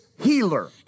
healer